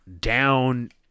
down